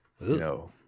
no